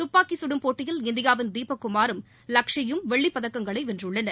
துப்பாக்கி கடும் போட்டியில் இந்தியாவின் தீபக் குமாரும் லக்ஷய் யும் வெள்ளிப்பதக்கங்களை வென்றுள்ளனர்